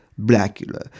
Blackula